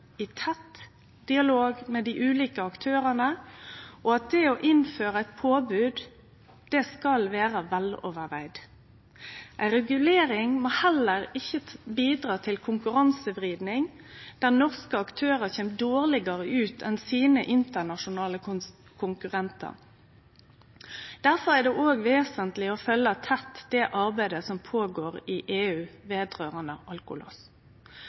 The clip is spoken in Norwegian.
i tett dialog med dei ulike aktørane, og at det å innføre eit påbod skal vere vel gjennomtenkt. Ei regulering må heller ikkje bidra til konkurransevriding der norske aktørar kjem dårlegare ut enn sine internasjonale konkurrentar. Difor er det òg vesentleg å følgje tett det arbeidet som går føre seg i EU vedrørande alkolås.